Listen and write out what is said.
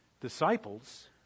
Disciples